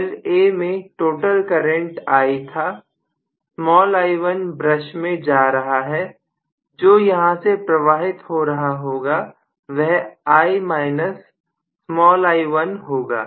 coil A मे total current I था i1 brush में जा रहा है जो यहां से प्रवाहित हो रहा होगा वह I i1 होगा